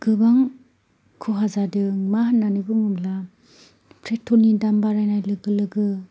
गोबां खहा जादों मा होननानै बुङोब्ला प्रेट्रलनि दाम बारायनाय लोगो लोगो